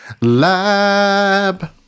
Lab